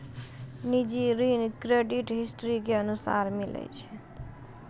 निजी ऋण credit history के अनुसार मिलै छै